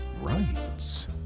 rights